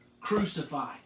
crucified